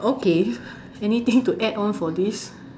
okay anything to add on for this